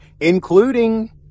including